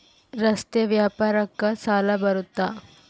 ರಸ್ತೆ ವ್ಯಾಪಾರಕ್ಕ ಸಾಲ ಬರುತ್ತಾ?